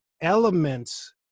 elements